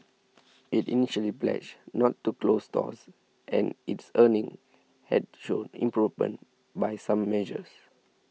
it initially pledged not to close stores and its earnings had shown improvement by some measures